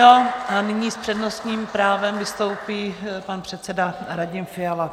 A nyní s přednostním právem vystoupí pan předseda Radim Fiala.